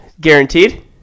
guaranteed